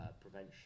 prevention